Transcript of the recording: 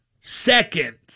second